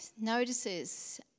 notices